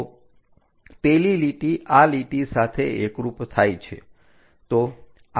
તો પેલી લીટી આ લીટી સાથે એકરૂપ થાય છે